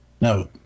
No